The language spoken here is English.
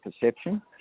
perception